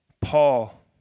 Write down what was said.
Paul